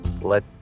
Let